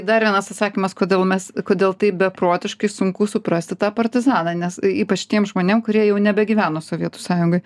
dar vienas atsakymas kodėl mes kodėl taip beprotiškai sunku suprasti tą partizaną nes ypač tiem žmonėm kurie jau nebegyveno sovietų sąjungoj